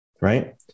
right